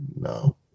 No